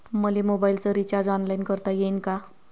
मले मोबाईलच recharge online करता येईन का?